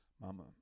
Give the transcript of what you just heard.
Mama